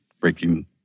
breaking